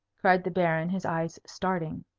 cried the baron, his eyes starting.